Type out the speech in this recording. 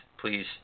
please